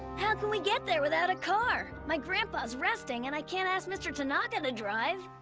how can we get there without a car? my grandpa's resting, and i can't ask mr. tanaka to drive.